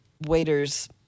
waiters